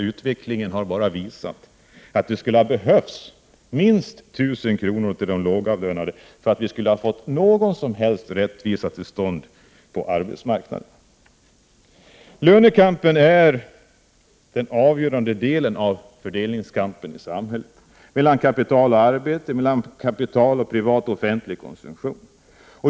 Utvecklingen har visat att det skulle ha behövts minst 1 000 kr. till de lågavlönade för att få någon rättvisa till stånd på arbetsmarknaden. Lönekampen är den avgörande delen av fördelningskampen i samhället, mellan kapital och arbete, mellan kapital och privat och offentlig konsumtion.